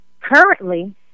Currently